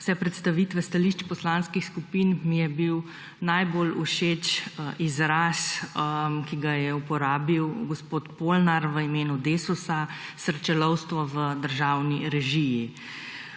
vse predstavitve stališč poslanskih skupin, mi je bil najbolj všeč izraz, ki ga je uporabil gospod Polnar v imenu Desusa, »srečelovstvo v državni režiji«.